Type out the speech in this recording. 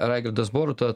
raigardas boruta